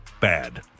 bad